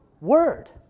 word